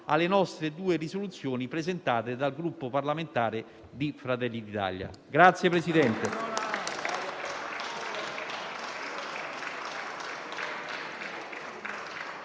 proposte di risoluzione presentate dal Gruppo parlamentare Fratelli d'Italia.